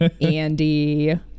Andy